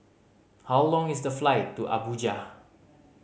how long is the flight to Abuja